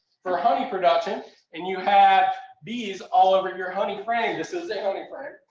for honey production and you have bees all over your honey frame. this is a honey frame.